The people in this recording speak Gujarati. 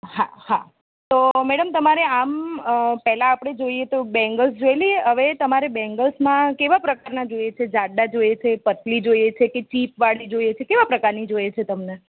હા હા તો મેડમ તમારે આમ અ પહેલાં આપણે જોઇએ તો બેંગલ્સ જોઈ લઈએ હવે તમારે બેંગલ્સમાં કેવાં પ્રકારના જોઈએ છે જાડાં જોઈએ છે પતલી જોઈએ છે કે ચિપવાળી જોઈએ છે કેવાં પ્રકારની જોઈએ છે તમને